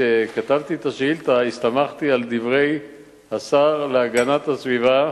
כשכתבתי את השאילתא הסתמכתי על דברי השר להגנת הסביבה